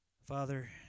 Father